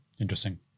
Interesting